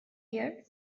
here